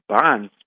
bonds